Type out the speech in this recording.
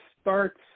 starts